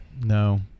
No